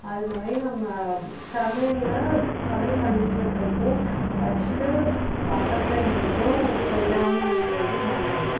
அதுமாதிரி நம்ம சமையலில் சமையல் பண்ணிட்டிருக்கப்போ வச்சுட்டு பக்கத்தில் எங்கேயும் போய்விடாம இருக்கிறது நல்லது